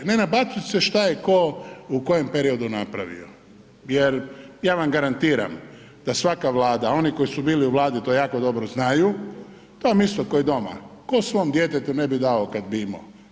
Ne nabacivat se šta je ko u kojem periodu napravio jer ja vam garantiram da svaka vlada, a oni koji su bili u vladi to jako dobro znaju, to vam je isto ko i doma ko svom djetetu ne bi dao kada bi imao.